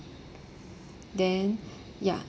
then ya